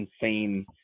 insane